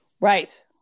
right